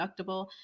deductible